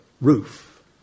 roof